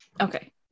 Okay